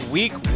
week